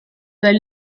dal